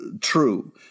true